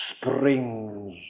springs